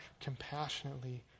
compassionately